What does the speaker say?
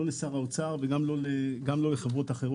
לא לשר האוצר וגם לא לחברות אחרות.